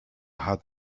had